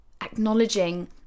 acknowledging